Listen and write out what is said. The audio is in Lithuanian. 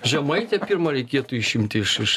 žemaitę pirma reikėtų išimti iš iš